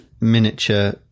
miniature